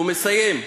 והוא מסיים: